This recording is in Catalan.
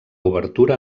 obertura